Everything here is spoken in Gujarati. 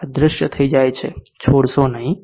છોડશો નહિ